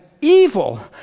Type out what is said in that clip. evil